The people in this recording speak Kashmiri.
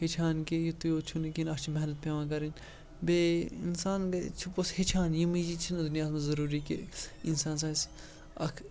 ہیٚچھان کہِ یُتُے یوت چھُنہٕ کِہیٖنۍ اَتھ چھِ محنت پٮ۪وان کَرٕنۍ بیٚیہِ اِنسان بیٚیہِ چھِ پوٚتُس ہیٚچھان یِم یہِ چھِنہٕ دُنیاہَس منٛز ضٔروٗری کہِ اِنسان آسہِ اَکھ